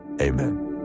amen